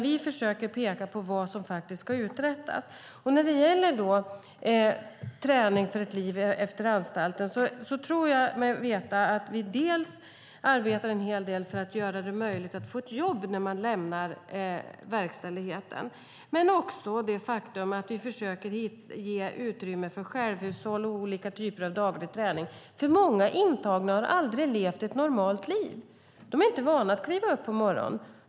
Vi försöker peka på vad som faktiskt ska uträttas. När det gäller träning för ett liv efter anstalten tror jag mig veta att vi dels arbetar en hel del för att göra det möjligt att få ett jobb när man lämnar verkställigheten, dels försöker ge utrymme för självhushåll och olika typer av daglig träning, för många intagna har aldrig levat ett normalt liv. De är inte vana vid att kliva upp på morgonen.